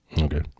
Okay